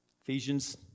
Ephesians